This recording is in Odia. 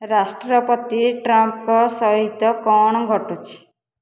ରାଷ୍ଟ୍ରପତି ଟ୍ରମ୍ପ୍ଙ୍କ ସହିତ କ'ଣ ଘଟୁଛି